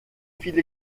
viele